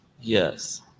Yes